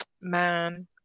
man